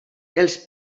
els